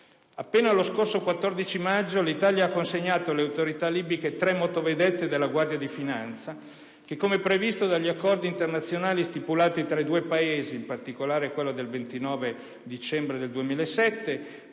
Appena lo scorso 14 maggio l'Italia ha consegnato alle autorità libiche tre motovedette della Guardia di finanza che, come previsto dagli accordi internazionali stipulati tra i due Paesi, in particolare quello del 29 dicembre del 2007,